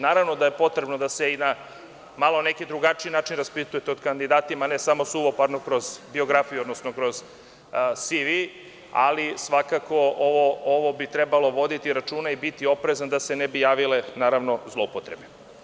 Naravno da je potrebno da se malo i na neki drugačiji način raspitujete o kandidatima, a ne samo suvoparno kroz biografiju, odnosno kroz CV, ali svakako o ovome bi trebalo voditi računa i biti oprezan da se ne bi javile zloupotrebe.